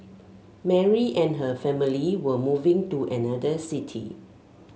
Mary and her family were moving to another city